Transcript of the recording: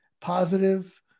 positive